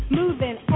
moving